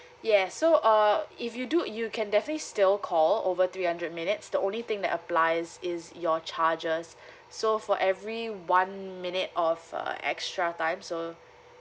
yes so err if you do you can definitely still call over three hundred minutes the only thing that applies is your charges so for every one minute of uh extra time so